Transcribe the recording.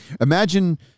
Imagine